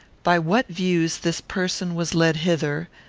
by what views this person was led hither,